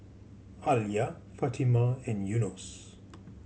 Alya Fatimah and Yunos